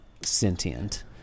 sentient